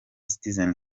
citizen